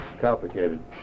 complicated